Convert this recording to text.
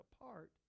apart